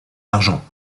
d’argent